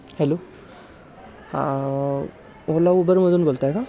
hello आ ओला उबरमधून बोलत आहे का